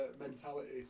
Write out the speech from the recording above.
mentality